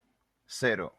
cero